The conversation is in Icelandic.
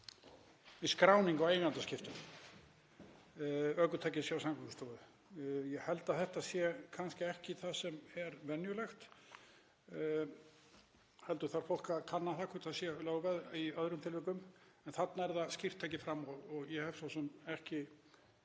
við skráningu á eigendaskiptum ökutækis hjá Samgöngustofu. Ég held að þetta sé kannski ekki það sem er venjulegt heldur þarf fólk að kanna hvort það sé lögveð í öðrum tilvikum. En þarna er það skýrt tekið fram. Ég hef svo sem ekki